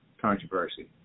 controversy